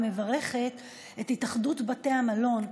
ומברכת את התאחדות בתי המלון,